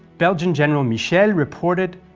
belgian general michel reported